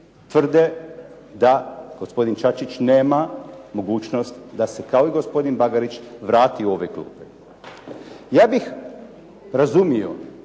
tvrde da gospodin Čačić nema mogućnost da se kao i gospodin Bagarić vrati u ove klupe. Ja bih razumio,